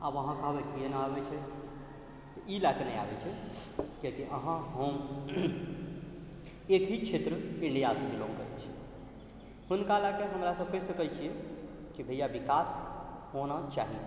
आब अहाँ कहबै किएक नहि अबै छै तऽ ई लऽ कऽ नहि अबै छै कियाकि अहाँ हम एक ही क्षेत्र इण्डिआसँ बिलाॅङ्ग करै छी हुनका लऽ कऽ हमरा सबके कहि सकै छिए कि भइआ विकास होना चाही